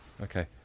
Okay